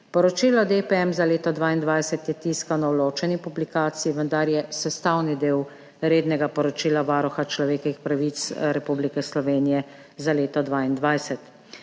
Poročilo DPM za leto 2022 je tiskano v ločeni publikaciji, vendar je sestavni del rednega poročila Varuha človekovih pravic Republike Slovenije za leto 2022.